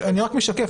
אני רק משקף,